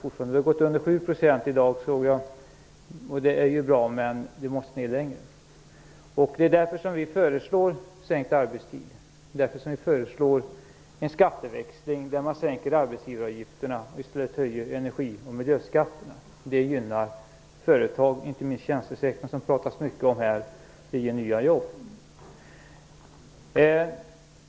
De har gått under 7 % i dag, såg jag, och det är ju bra, men de måste bli lägre. Det är därför vi föreslår sänkt arbetstid. Det är därför vi föreslår en skatteväxling där man sänker arbetsgivaravgifterna och i stället höjer energi och miljöskatterna. Det gynnar företag - inte minst tjänstesektorn som det pratas mycket om här. Det ger nya jobb.